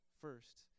first